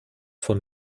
von